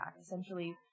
essentially